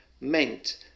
meant